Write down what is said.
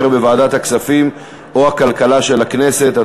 בוועדת הכספים או הכלכלה של הכנסת),